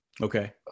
Okay